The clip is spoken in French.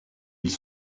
ils